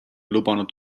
lubanud